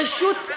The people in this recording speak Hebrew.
לא,